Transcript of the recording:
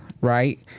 right